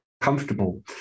comfortable